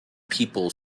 people